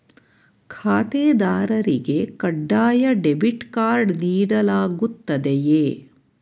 ಖಾತೆದಾರರಿಗೆ ಕಡ್ಡಾಯ debit card ನೀಡಲಾಗುತ್ತದೆಯೇ?